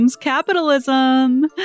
capitalism